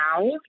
now